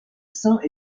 saints